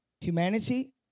Humanity